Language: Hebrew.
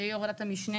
שיהיה יו"ר ועדת המשנה,